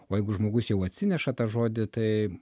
o jeigu žmogus jau atsineša tą žodį tai